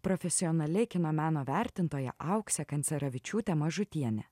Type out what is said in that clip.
profesionali kino meno vertintoja auksė kancerevičiūtė mažutienė